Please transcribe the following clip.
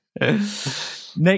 Next